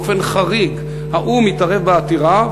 באופן חריג האו"ם התערב בעתירה,